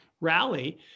rally